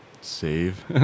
Save